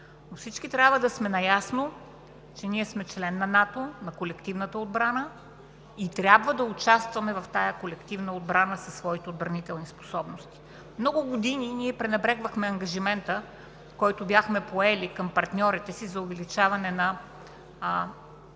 всички трябва да сме наясно, че ние сме член на НАТО, на колективната отбрана и трябва да участваме в тази колективна отбрана със своите отбранителни способности. Много години ние пренебрегвахме ангажимента, който бяхме поели към партньорите си за увеличаване на процента